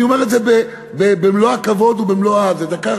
אני אומר את זה במלוא הכבוד ובמלוא, דקה,